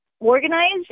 organized